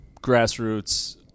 grassroots